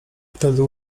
wtedy